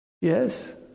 Yes